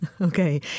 Okay